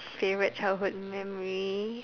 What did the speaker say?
favourite childhood memory